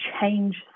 change